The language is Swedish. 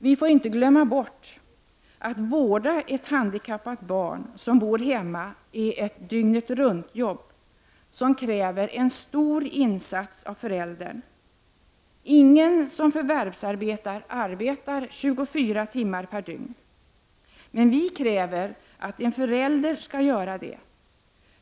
Vi får inte glömma bort att vård av handikappat barn som bor hemma är ett dygnet-runt-jobb, som kräver en stor insats av föräldern. Ingen som förvärvsarbetar, arbetar 24 timmar per dygn. Men vi kräver att en förälder skall göra det.